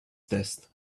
test